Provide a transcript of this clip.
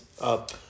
up